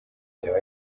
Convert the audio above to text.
byaba